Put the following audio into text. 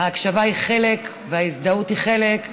ההקשבה היא חלק, וההזדהות היא חלק,